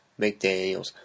McDaniels